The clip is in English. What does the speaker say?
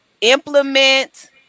implement